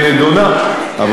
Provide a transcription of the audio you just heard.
שנדונות.